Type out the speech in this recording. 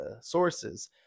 sources